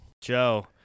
Joe